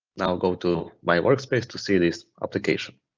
now go to my workspace to see this application.